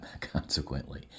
consequently